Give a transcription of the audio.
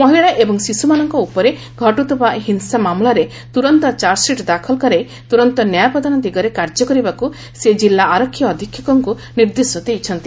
ମହିଳା ଏବଂ ଶିଶୁମାନଙ୍କ ଉପରେ ଘଟୁଥିବା ହିଂସା ମାମଲାରେ ତୁରନ୍ତ ଚାର୍ଜସିଟ୍ ଦାଖଲ କରାଇ ତୁରନ୍ତ ନ୍ୟାୟ ପ୍ରଦାନ ଦିଗରେ କାର୍ଯ୍ୟ କରିବାକୁ ସେ ଜିଲ୍ଲା ଆରକ୍ଷୀ ଅଧୀକ୍ଷକଙ୍କୁ ନିର୍ଦ୍ଦେଶ ଦେଇଛନ୍ତି